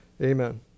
Amen